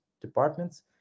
departments